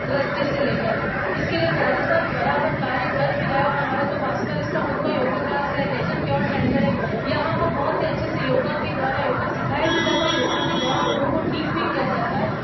द्रस्टी से लेकर इसके लिए राजस्थान बराबर कार्य कर भी रहा है और हमारा जो भास्कर इसका ख़ुद का योगा क्लास है नेचर क्योर सेंटर है यहाँ पर बहुत ही अच्छे से योग के द्वारा योग सिखाया भी जाता है और योग के द्वारा लोगों को ठीक भी किया जाता है